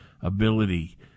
ability